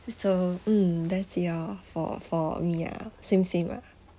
so mm that's your for for me ah same same ah